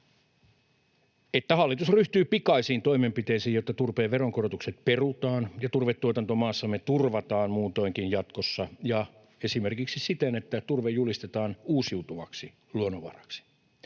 että hallitus ryhtyy pikaisiin toimenpiteisiin, jotta turpeen veronkorotukset perutaan ja turvetuotanto maassamme turvataan muutoinkin jatkossa esimerkiksi siten, että turve julistetaan uusiutuvaksi luonnonvaraksi.”